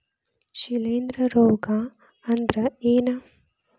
ಶಿಲೇಂಧ್ರ ರೋಗಾ ಅಂದ್ರ ಏನ್?